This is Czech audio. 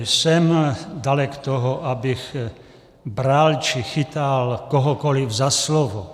Jsem dalek toho, abych bral či chytal kohokoliv za slovo.